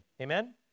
Amen